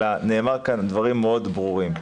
אלא נאמרו כאן דברים מאוד ברורים.